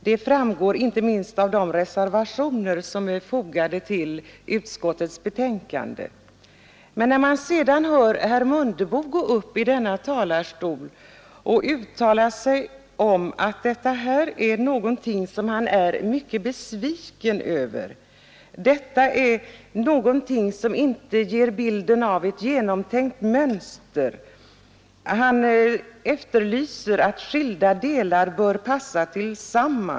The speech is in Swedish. Det framgår inte minst av de Men sedan går herr Mundebo upp i denna talarstol och uttalar att detta är något som han är mycket besviken över. Det är något som inte ger bilden av ett genomtänkt mönster. Herr Mundebo påpekar att skilda delar bör passa ihop.